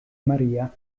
maria